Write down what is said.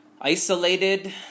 isolated